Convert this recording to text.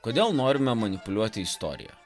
kodėl norime manipuliuoti istorija